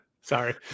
Sorry